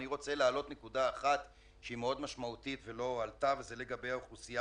אני רוצה להעלות נקודה אחת שהיא מאוד משמעותית ולא עלתה לגבי אוכלוסיית